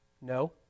No